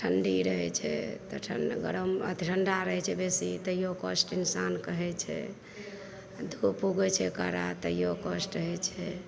ठंडी रहैत छै तऽ ठंड गरम ठंडा रहैत छै बेसी तहियो कष्ट इंसानके होइ छै धूप उगैत छै कड़ा तहियो कष्ट होइ छै